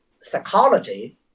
psychology